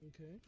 Okay